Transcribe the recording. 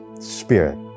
spirit